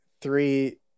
three